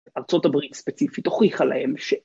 ‫ארה״ב ספציפית הוכיחה להם ש...